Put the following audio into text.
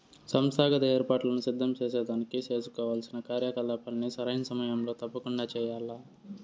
సంస్థాగత ఏర్పాట్లను సిద్ధం సేసేదానికి సేసుకోవాల్సిన కార్యకలాపాల్ని సరైన సమయంలో తప్పకండా చెయ్యాల్ల